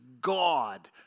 God